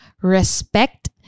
respect